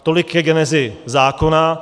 Tolik ke genezi zákona.